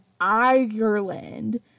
Ireland